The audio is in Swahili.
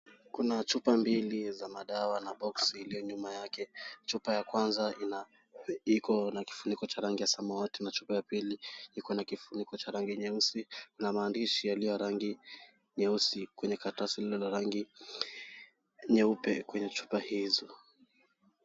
Kuna chupa mbili za madawa na boksi iliyo nyuma yake. Chupa ya kwanza ikona kifuniko cha rangi ya samawati na chupa ya pili ikona ifuniko cha rangi nyeusi na maandishi yaliyo ya rangi nyeusi kwenye karatasi hilo la rangi nyeupe kwenye chupa hizo.